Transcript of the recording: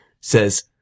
says